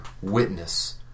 witness